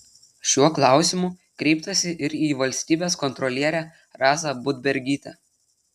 šiuo klausimu kreiptasi ir į valstybės kontrolierę rasą budbergytę